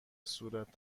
صورت